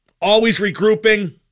always-regrouping